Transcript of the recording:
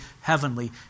heavenly